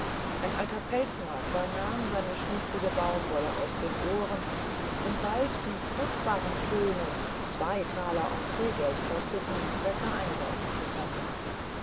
ein alter pelzmakler nahm seine schmutzige baumwolle aus den ohren um bald die kostbaren töne die zwei taler entreegeld kosteten besser einsaugen zu können